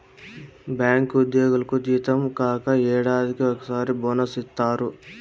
bank ఉద్యోగులకు జీతం కాక ఏడాదికి ఒకసారి బోనస్ ఇత్తారు